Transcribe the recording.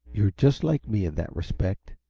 you're just like me in that respect.